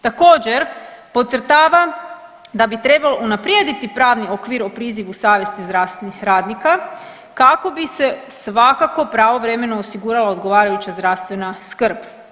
Također, podcrtava da bi trebalo unaprijediti pravni okvir o prizivu savjesti zdravstvenih radnika kako bi se svakako pravovremeno osigurala odgovarajuća zdravstvena skrb.